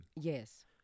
Yes